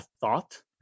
thought